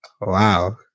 Wow